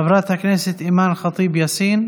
חברת הכנסת אימאן ח'טיב יאסין,